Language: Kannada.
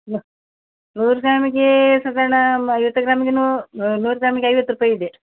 ಮ ನೂರು ಗ್ರಾಮಿಗೆ ಸಾಧಾರ್ಣ ಒಂದು ಐವತ್ತು ಗ್ರಾಮಿಗೆ ನೂರು ನೂರು ಗ್ರಾಮಿಗೆ ಐವತ್ತು ರುಪಾಯಿ ಇದೆ